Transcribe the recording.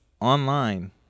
Online